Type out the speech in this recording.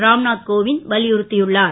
ராம்நாத் கோவிந்த் வலியுறுத் உள்ளார்